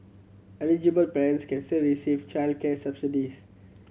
eligible parents can still receive childcare subsidies